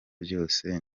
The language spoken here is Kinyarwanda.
byose